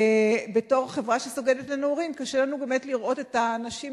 ובתור חברה שסוגדת לנעורים קשה לנו באמת לראות את האנשים